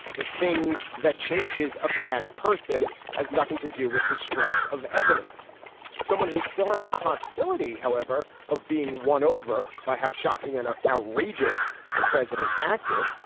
the thing that changes a bad person has nothing to do with the strength of evidence someone who still has the possibility however of being won over by how shocking and ah outrageous the president acted.